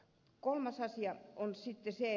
kolmas asia on sitten se